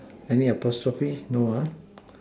any apostrophe no ah